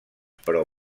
però